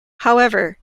however